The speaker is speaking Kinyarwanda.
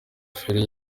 feri